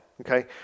Okay